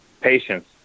Patience